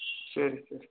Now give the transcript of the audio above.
சரி சரி